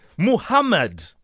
Muhammad